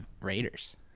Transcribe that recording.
Raiders